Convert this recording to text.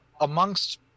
amongst